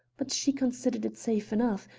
but she considered it safe enough,